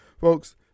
Folks